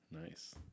Nice